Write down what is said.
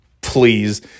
Please